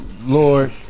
Lord